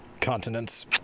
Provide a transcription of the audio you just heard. continents